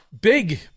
Big